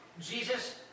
Jesus